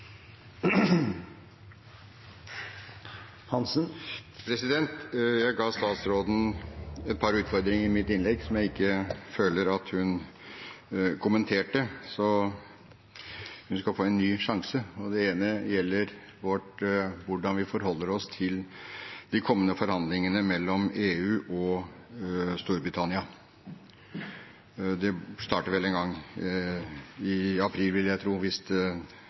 Jeg ga statsråden et par utfordringer i mitt innlegg som jeg føler at hun ikke kommenterte. Hun skal få en ny sjanse. Det ene gjelder hvordan vi forholder oss til de kommende forhandlingene mellom EU og Storbritannia. Det starter vel en gang i april, vil jeg tro, hvis